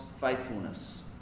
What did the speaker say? faithfulness